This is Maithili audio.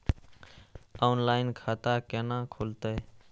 ऑनलाइन खाता केना खुलते?